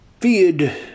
feared